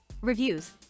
reviews